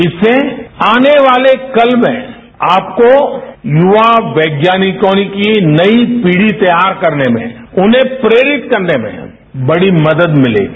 इससे आने वाले कल में आपको युवा वैज्ञानिकों की नई पीढ़ी तैयार करने में उन्हें प्रेरित करने में बड़ी मदद मिलेगी